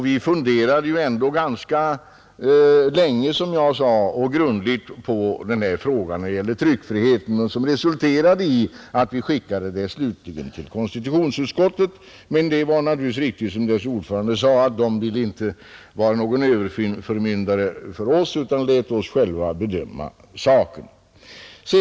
Vi funderade ändå — som jag sade — ganska länge och grundligt på den här frågan när det gällde tryckfriheten, och det resulterade slutligen i att vi skickade frågan till konstitutionsutskottet. Men det var naturligtvis riktigt som konstitutionsutskottets ordförande sade att konstitutionsutskottet inte ville vara någon överförmyndare för oss utan lät oss själva bedöma saken.